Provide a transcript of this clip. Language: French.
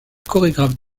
chorégraphe